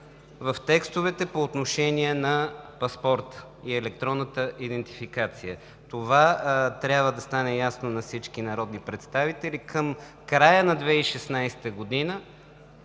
в текстовете по отношение на паспорта и електронната идентификация. Това трябва да стане ясно на всички народни представители. Към края на 2016 г.